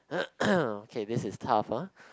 okay this is tough ah